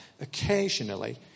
occasionally